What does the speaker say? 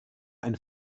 ein